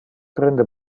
prende